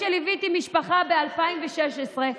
כשליוויתי משפחה ב-2016,